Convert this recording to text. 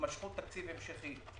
הימשכות תקציב המשכי,